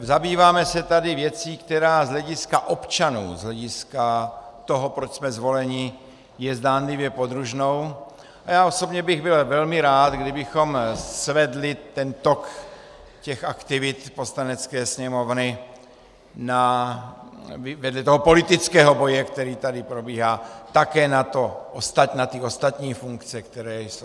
Zabýváme se tady věcí, která z hlediska občanů, z hlediska toho, proč jsme zvoleni, je zdánlivě podružnou, a já osobně bych byl velmi rád, kdybychom svedli ten tok aktivit Poslanecké sněmovny vedle toho politického boje, který tady probíhá, také na ty ostatní funkce, které jsou.